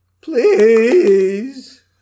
Please